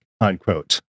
Unquote